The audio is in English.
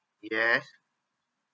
yes